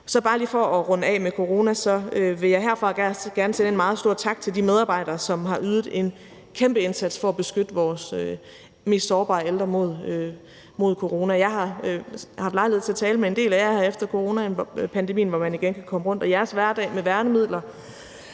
Så bare lige for at runde af med corona vil jeg herfra gerne sende en meget stor tak til de medarbejdere, som har ydet en kæmpe indsats for at beskytte vores mest sårbare ældre mod corona. Jeg har haft lejlighed til at tale med en del af jer her efter coronapandemien, hvor man igen kan komme rundt, og jeres hverdag med værnemidler